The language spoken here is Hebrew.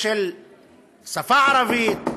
של השפה הערבית,